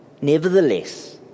Nevertheless